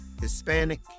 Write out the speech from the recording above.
Hispanic